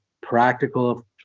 practical